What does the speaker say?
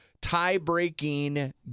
tie-breaking